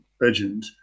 legend